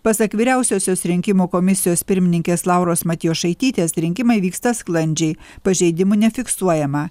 pasak vyriausiosios rinkimų komisijos pirmininkės lauros matjošaitytės rinkimai vyksta sklandžiai pažeidimų nefiksuojama